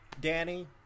Danny